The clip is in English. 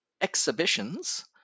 exhibitions